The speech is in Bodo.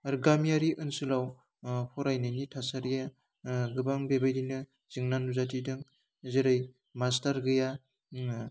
आर गामियारि ओनसोलाव ओह फरायनायनि थासारिया ओह गोबां बेबायदिनो जेंना नुजाथिदों जेरै मास्टार गैया ओम